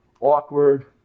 awkward